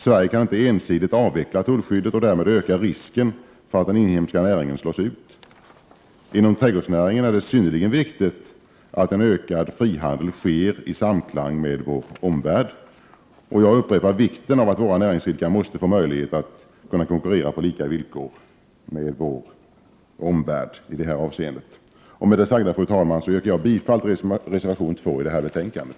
Sverige kan inte ensidigt avveckla tullskyddet och därmed öka risken för att den inhemska näringen slås ut. Inom trädgårdsnäringen är det synnerligen viktigt att en ökad frihandel sker i samklang med vår omvärld. Jag upprepar vikten av att våra näringsidkare måste få möjligheter att kunna konkurrera på lika villkor med vår omvärld i det avseendet. Fru talman! Med det sagda yrkar jag bifall till reservation 2 i betänkandet.